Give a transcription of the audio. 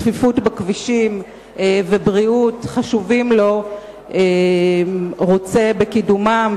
צפיפות בכבישים ובריאות חשובים לו רוצה בקידומם,